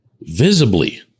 visibly